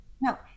No